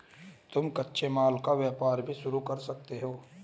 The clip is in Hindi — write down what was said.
तुम कच्चे माल का व्यापार भी शुरू कर सकते हो